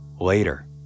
Later